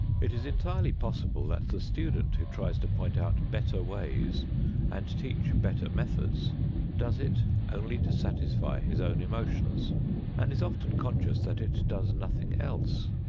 it is entirely possible that the student who tries to point out better ways and teach better methods does it only to satisfy his own emotions and is often conscious that it does nothing else.